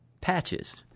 Patches